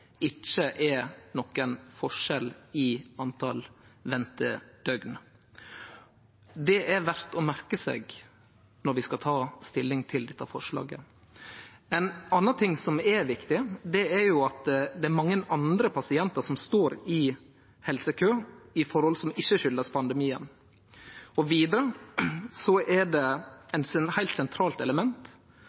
er det ingen forskjell i talet på ventedøgn. Det er verd å merke seg når vi skal ta stilling til dette forslaget. Ein annan ting som er viktig, er at det er mange pasientar som står i helsekø på grunn av forhold som ikkje skuldast pandemien. Vidare er eit heilt sentralt element